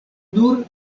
nur